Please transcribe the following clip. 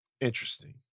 Interesting